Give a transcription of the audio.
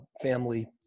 family